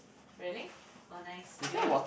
really oh nice do you want